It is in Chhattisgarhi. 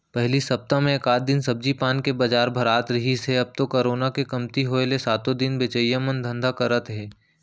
पहिली सप्ता म एकात दिन सब्जी पान के बजार भरात रिहिस हे अब तो करोना के कमती होय ले सातो दिन बेचइया मन धंधा करत हे